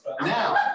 Now